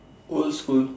old school